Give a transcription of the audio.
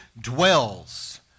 dwells